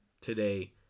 today